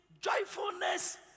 joyfulness